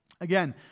Again